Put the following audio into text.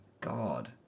God